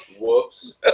Whoops